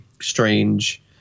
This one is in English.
strange